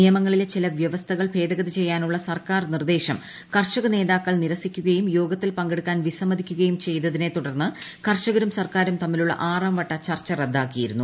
നിയമങ്ങളിലെ ചില വ്യവസ്ഥകൾ ഭേദഗതി ചെയ്യാനുള്ള സർക്കാർ നിർദ്ദേശം കർഷക നേതാക്കൾ നിരസിക്കുകയും യോഗത്തിൽ പങ്കെടുക്കാൻ വിസമ്മതിക്കുകയും ചെയ്തതിനെ തുടർന്ന് കർഷകരും സർക്കാരും തമ്മിലുള്ള ആറാം വട്ട ചർച്ച റദ്ദാക്കിയിരുന്നു